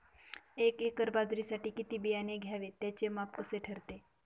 एका एकर बाजरीसाठी किती बियाणे घ्यावे? त्याचे माप कसे ठरते?